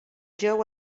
ġew